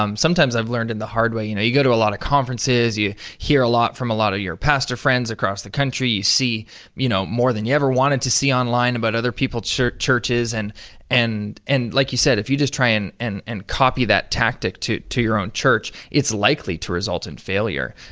um sometimes i've learned in the hard way. you know, you go to a lot of conferences, you hear a lot from a lot of your pastor friends across the country, you see you know, more than you ever wanted to see online about other people churches and and and like you said, if you just try and and and copy that tactic to to your own church, it's likely to result in failure.